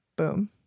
Boom